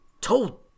told